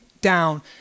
down